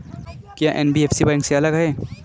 क्या NBFC bank से अलग है?